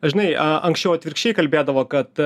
žinai a anksčiau atvirkščiai kalbėdavo kad